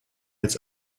jetzt